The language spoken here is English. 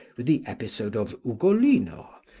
with the episode of ugolino,